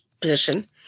position